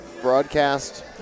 broadcast